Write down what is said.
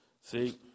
See